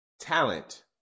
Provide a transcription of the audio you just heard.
Talent